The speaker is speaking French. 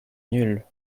nulle